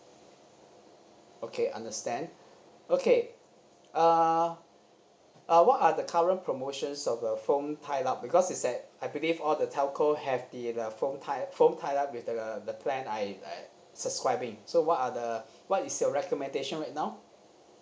okay understand okay err uh what are the current promotions of the phone tied up because is that I believe all the telco have the the phone phone tied phone tied up with the the plan I uh subscribing so what are the what is your recommendation right now